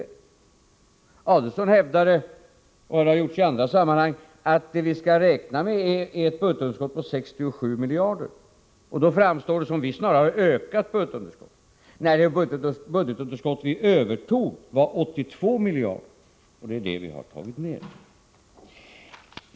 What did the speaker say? Ulf Adelsohn hävdade — och det har gjorts också i andra sammanhang — att det vi skall räkna med är ett budgetunderskott på 67 miljarder, och då framstår det som om vi snarare hade ökat budgetunderskottet. Men det budgetunderskott vi övertog var 82 miljarder, och det är det vi har tagit ner.